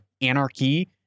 anarchy